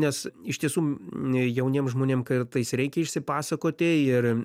nes iš tiesų jauniem žmonėm kartais reikia išsipasakoti ir